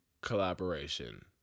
Collaboration